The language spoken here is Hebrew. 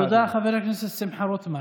תודה לחבר הכנסת שמחה רוטמן.